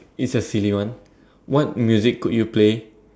it's a silly one what music could you play